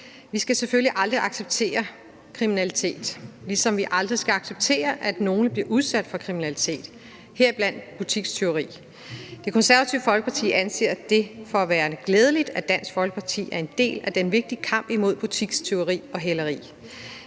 Vi skal selvfølgelig aldrig acceptere kriminalitet, ligesom vi aldrig skal acceptere, at nogen bliver udsat for kriminalitet, heriblandt butikstyveri. Det Konservative Folkeparti anser det for værende glædeligt, at Dansk Folkeparti er en del af den vigtige kamp imod butikstyveri og hæleri.